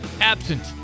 absent